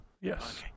Yes